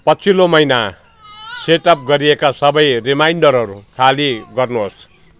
पछिल्लो महिना set up गरिएका सबै रिमाइन्डरहरू खाली गर्नु होस्